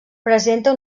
presenta